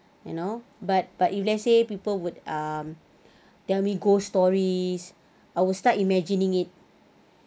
you know but but if let's say people would um tell me ghost stories I will start imagining it